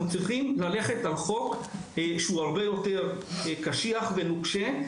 אנחנו צריכים ללכת על חוק שהוא הרבה יותר קשוח ונוקשה,